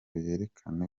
yerekane